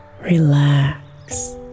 Relax